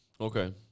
Okay